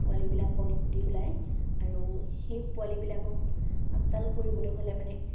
পোৱালিবিলাক কণী পুতি ওলায় আৰু সেই পোৱালিবিলাকক আপডাল কৰিবলৈ হ'লে মানে